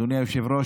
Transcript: אדוני היושב-ראש,